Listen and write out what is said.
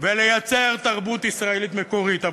ולייצר תרבות ישראלית מקורית.